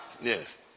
Yes